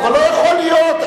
אבל לא יכול להיות.